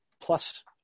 plus